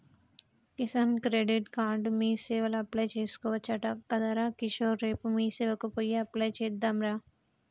Kisan credit card మీసేవల apply చేసుకోవచ్చట గదరా కిషోర్ రేపు మీసేవకు పోయి అప్లై చెద్దాంరా